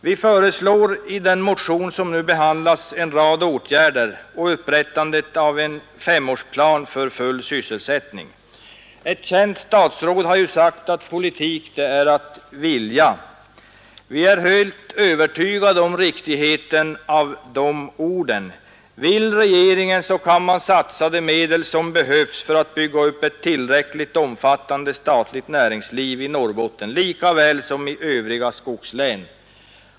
Vi föreslår i den motion som nu behandlas en rad åtgärder och upprättandet av en femårsplan för full sysselsättning. Ett känt statsråd har ju sagt att politik, det är att vilja. Vi är helt övertygade om riktigheten i de orden. Vill regeringen, så kan den satsa de medel som behövs för att bygga upp ett tillräckligt omfattande statligt näringsliv i Norrbotten lika väl som i övriga skogslän.